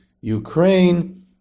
Ukraine